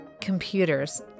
Computers